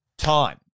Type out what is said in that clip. Time